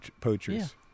poachers